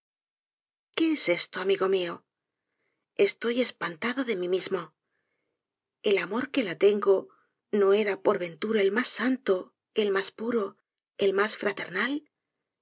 qué es esto amigo mió estoy espantado de mi mismo el amor que la tengo no era por ventura el mas santo el mas puro el mas fraternal